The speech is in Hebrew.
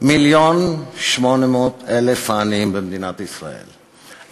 1.8 מיליון העניים במדינת ישראל,